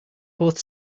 both